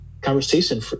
conversation